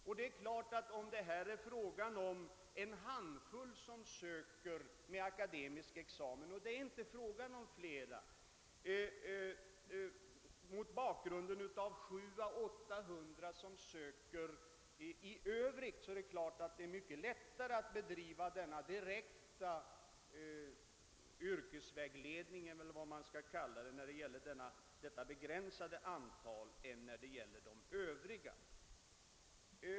Om det nu är fråga om inte stort mer än en handfull sökande med akademisk examen — det rör sig inte om flera — mot bakgrunden av 700—800 övriga 'sökande, är det givetvis mycket lättare att bedriva denna direkta yrkesvägledning, eller vad man skall kalla den, när det gäller detta begränsade antal än när det gäller de övriga.